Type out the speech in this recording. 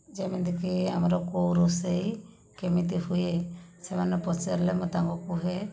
ଯେମିତିକି ଆମର କେଉଁ ରୋଷେଇ କେମିତି ହୁଏ ସେମାନେ ପଚାରିଲେ ମୁଁ ତାଙ୍କୁ କୁହେ